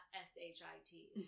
S-H-I-T